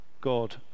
God